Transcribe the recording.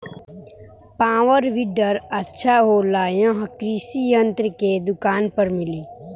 Power weeder अच्छा होला यह कृषि यंत्र के दुकान पर मिली?